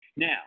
Now